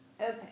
Okay